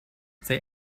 they